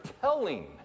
telling